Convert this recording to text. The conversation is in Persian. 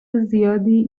زیادی